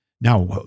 Now